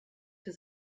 für